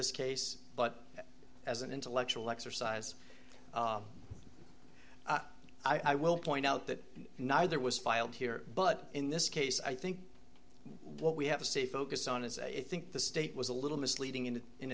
this case but as an intellectual exercise i will point out that neither was filed here but in this case i think what we have to stay focused on is a think the state was a little misleading in